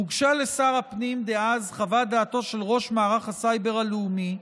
הוגשה לשר הפנים דאז חוות דעתו של ראש מערך הסייבר הלאומי,